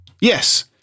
Yes